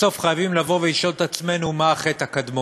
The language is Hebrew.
בסוף חייבים לבוא ולשאול את עצמנו מה החטא הקדמון.